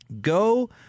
Go